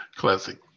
Classic